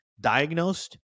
diagnosed